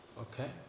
okay